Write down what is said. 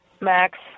Max